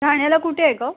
ठाण्याला कुठे आहे गं